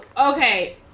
okay